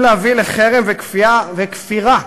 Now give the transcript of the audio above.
והתעבורה,